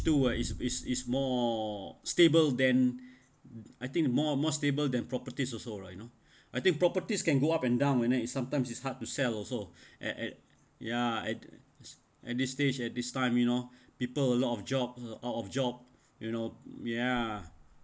two is is is more stable than I think more more stable than properties also right you know I think properties can go up and down when uh is sometimes is hard to sell also at at ya at this stage at this time you know people a lot of jobs out of job you know ya